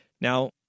now